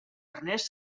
ernest